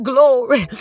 Glory